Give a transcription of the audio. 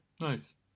nice